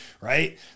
right